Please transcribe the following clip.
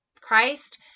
christ